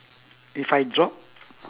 if I drop